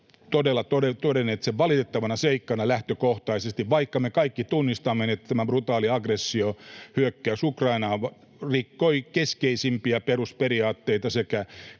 todenneet lähtökohtaisesti valitettavana seikkana, vaikka me kaikki tunnistamme, että tämä brutaali aggressio, hyökkäys Ukrainaan, rikkoi keskeisimpiä perusperiaatteita sekä